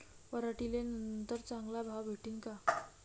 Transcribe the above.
पराटीले नंतर चांगला भाव भेटीन का?